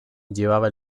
llevaba